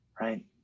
right